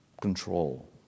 control